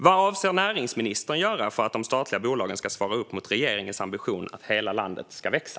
Vad avser näringsministern att göra för att de statliga bolagen ska svara upp mot regeringens ambition att hela landet ska växa?